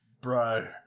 Bro